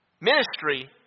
ministry